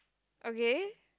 okay